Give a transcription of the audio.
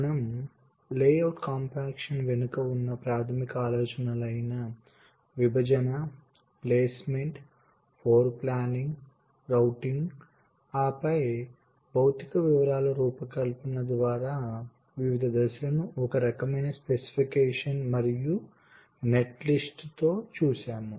మనం layout compaction వెనుక ఉన్న ప్రాథమిక ఆలోచనలు అయిన విభజన ప్లేస్మెంట్ ఫ్లోర్ ప్లానింగ్ రౌటింగ్ ఆపై భౌతిక వివరాల రూపకల్పన ద్వారా వివిధ దశలను ఒక రకమైన స్పెసిఫికేషన్ మరియు నెట్లిస్ట్తో చూసాము